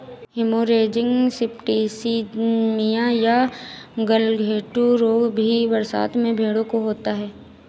haemorrhagic septicaemia या गलघोंटू रोग भी बरसात में भेंड़ों को होता है